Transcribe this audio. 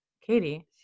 Katie